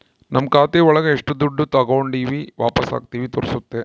ನಮ್ ಖಾತೆ ಒಳಗ ಎಷ್ಟು ದುಡ್ಡು ತಾಗೊಂಡಿವ್ ವಾಪಸ್ ಹಾಕಿವಿ ತೋರ್ಸುತ್ತೆ